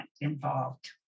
involved